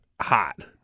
hot